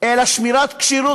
אלא שמירת כשירות,